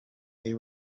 they